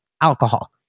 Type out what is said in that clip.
alcohol